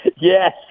Yes